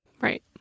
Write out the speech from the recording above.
Right